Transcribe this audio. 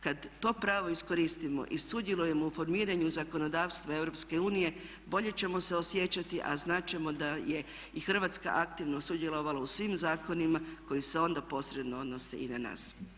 Kad to pravo iskoristimo i sudjelujemo u formiranju zakonodavstva EU bolje ćemo se osjećati, a znat ćemo da je i Hrvatska aktivno sudjelovala u svim zakonima koji se onda posredno odnose i na nas.